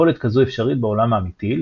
יכולת כזו אפשרית בעולם האמיתי,